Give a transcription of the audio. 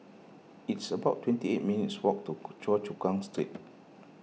it's about twenty eight minutes' walk to Choa Chu Kang Street